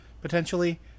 potentially